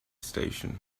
station